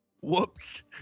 Whoops